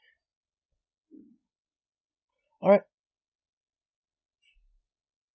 alright